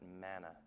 manna